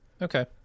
Okay